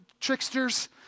tricksters